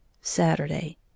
SATURDAY